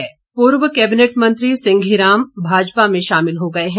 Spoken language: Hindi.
सिंघी राम पूर्व कैबिनेट मंत्री सिंधी राम भाजपा में शामिल हो गए हैं